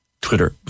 Twitter